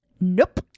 Nope